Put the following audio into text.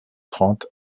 trente